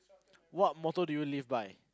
what motto do you live by